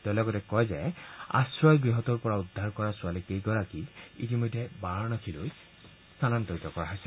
তেওঁ লগতে কয় যে আশ্ৰয় গৃহটোৰ পৰা উদ্ধাৰ কৰা ছোৱালী কেইগৰাকীক ইতিমধ্যে বাৰানসীলৈ স্থানান্তৰিত কৰা হৈছে